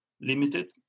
limited